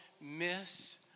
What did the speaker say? miss